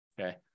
okay